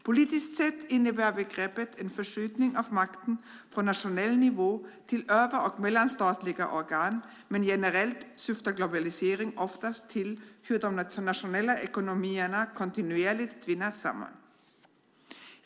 Politiskt sett innebär förskjutning av makten från nationell nivå till över och mellanstatliga organ, men generellt syftar globalisering oftast till hur de nationella ekonomierna kontinuerligt tvinnas samman.